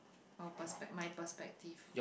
our perspec~ my perspective